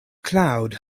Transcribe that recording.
cloud